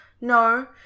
no